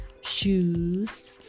shoes